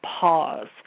pause